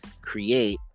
create